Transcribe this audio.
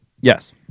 Yes